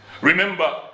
remember